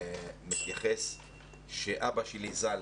רוצה להתייחס גם לזה שאבא שלי ז"ל,